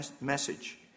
message